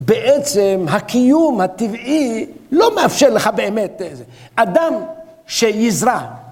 בעצם הקיום הטבעי לא מאפשר לך באמת, אדם שיזרע.